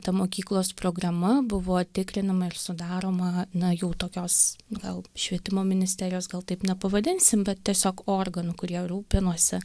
ta mokyklos programa buvo tikrinama ir sudaroma na jau tokios gal švietimo ministerijos gal taip nepavadinsim bet tiesiog organu kurie rūpinosi